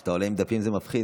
כשאתה עולה עם דפים, זה מפחיד.